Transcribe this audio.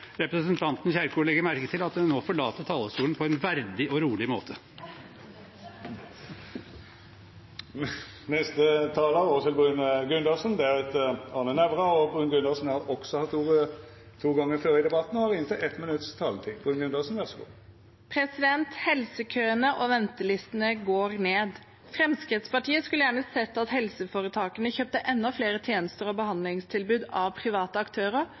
representanten Kjerkol legge merke til at jeg nå forlater talerstolen på en verdig og rolig måte. Representanten Åshild Bruun-Gundersen har også hatt ordet to gonger tidlegare i debatten og får ordet til ein kort merknad, avgrensa til 1 minutt. Helsekøene og ventelistene går ned. Fremskrittspartiet skulle gjerne sett at helseforetakene kjøpte enda flere tjenester og behandlingstilbud av private aktører.